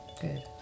Good